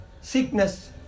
Sickness